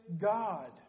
God